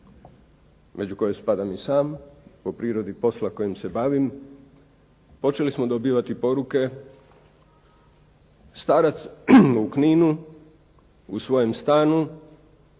među koje spadam i sam po prirodi posla kojim se bavim, počeli smo dobivati poruke, starac u Kninu u svojem stanu